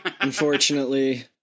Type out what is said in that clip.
unfortunately